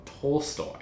Tolstoy